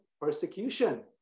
persecution